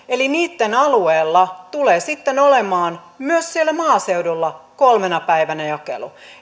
eli niitten alueella tulee sitten olemaan myös siellä maaseudulla kolmena päivänä jakelu